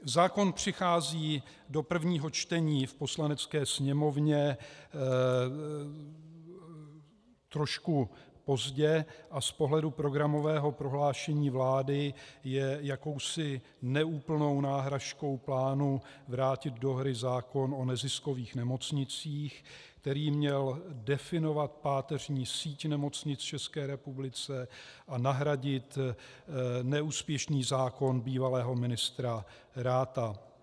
Zákon přichází do prvního čtení v Poslanecké sněmovně trošku pozdě a z pohledu programového prohlášení vlády je jakousi neúplnou náhražkou plánu vrátit do hry zákon o neziskových nemocích, který měl definovat páteřní síť nemocnic v České republice a nahradit neúspěšný zákon bývalého ministra Ratha.